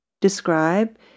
describe